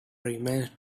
remains